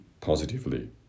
positively